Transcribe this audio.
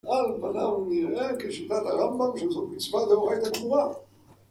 על פניו נראה כשיטת הרמב״ם, שזאת מצווה דאורייתא גמורה